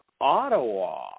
Ottawa